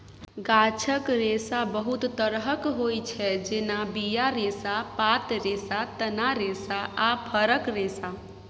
गाछक रेशा बहुत तरहक होइ छै जेना बीया रेशा, पात रेशा, तना रेशा आ फरक रेशा